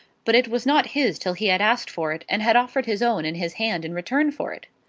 but it was not his till he had asked for it, and had offered his own and his hand in return for it.